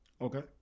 Okay